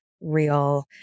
real